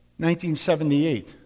1978